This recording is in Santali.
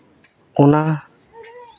ᱚᱱᱟ